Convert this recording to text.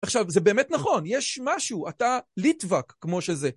עכשיו, זה באמת נכון, יש משהו, אתה ליטווק כמו שזה.